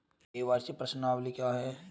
KYC प्रश्नावली क्या है?